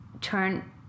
turn